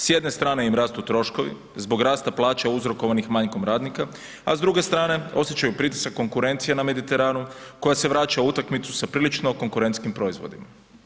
S jedne strane im rastu troškovi zbog rasta plaća uzrokovanih manjkom radnika, a s druge strane osjećaju pritisak konkurencije na Mediteranu koja se vraća u utakmicu sa prilično konkurentskim proizvodima.